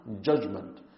judgment